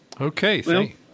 Okay